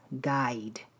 guide